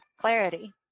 clarity